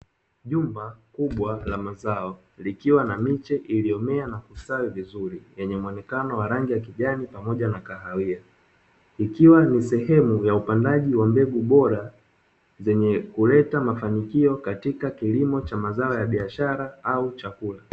Nyumba kubwa ya mazao ikiwa na miche iliyomea na kusali vizuri vyenye muonekano wa rangi ya kijani pamoja na kahawia, ikiwa ni sehemu ya upandaji wa mbegu bora zenye kuleta mafanikio katika kilimo cha mazao ya biashara au chakula